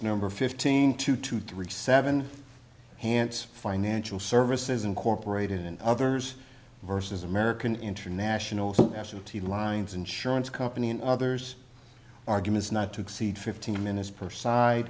number fifteen two two three seven hits financial services incorporated in others versus american international duty lines insurance company and others arguments not to exceed fifteen minutes per side